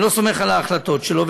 אני לא סומך על ההחלטות שלו.